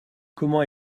comment